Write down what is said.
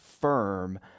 firm